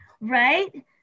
Right